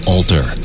Alter